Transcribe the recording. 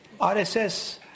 RSS